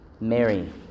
Mary